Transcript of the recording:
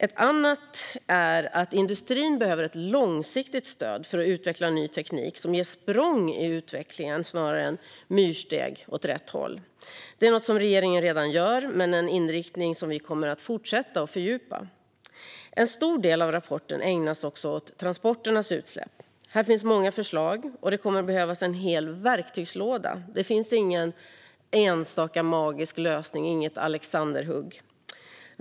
Ett annat förslag handlar om att industrin behöver ett långsiktigt stöd för att utveckla ny teknik som ger språng i utvecklingen, snarare än myrsteg, åt rätt håll. Detta är något som regeringen redan gör, men det är en inriktning som vi kommer att fortsätta med och fördjupa. En stor del av rapporten ägnas åt transporternas utsläpp. Här finns många förslag. Det kommer att behövas en hel verktygslåda. Det finns ingen enstaka magisk lösning, inget alexanderhugg.